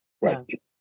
right